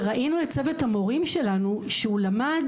וראינו את צוות המורים שלנו שהוא למד